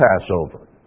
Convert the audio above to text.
Passover